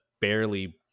barely